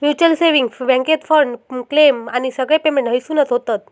mutual saving बॅन्केत fund, claim आणि सगळे पेमेंट हयसूनच होतत